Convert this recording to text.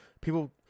people